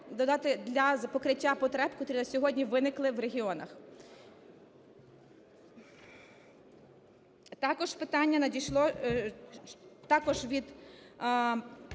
для покриття потреб, котрі на сьогодні виникли в регіонах. Також питання надійшло…